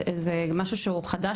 זה משהו שהוא חדש,